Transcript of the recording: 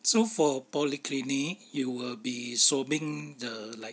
so for polyclinic you will be swabbing the like